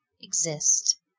exist